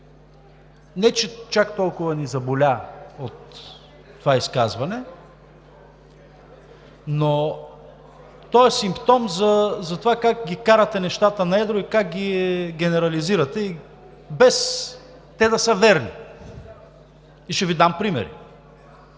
Не че чак толкова ни заболя от това изказване, но то е симптом за това как ги карате нещата на едро и как ги генерализирате, без те да са верни. И ще Ви дам примери.